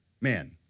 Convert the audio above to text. man